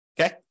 Okay